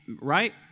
Right